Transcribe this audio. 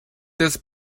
this